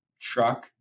truck